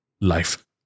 life